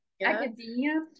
academia